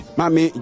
Mami